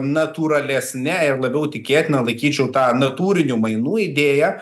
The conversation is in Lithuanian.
natūralesne ir labiau tikėtina laikyčiau tą natūrinių mainų idėją